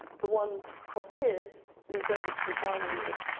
the one across here leads over to the dining room.